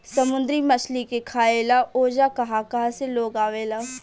समुंद्री मछली के खाए ला ओजा कहा कहा से लोग आवेला